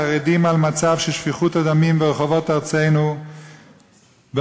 החרדים ממצב שפיכות הדמים ברחובות ארצנו במלחמות,